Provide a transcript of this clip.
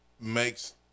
makes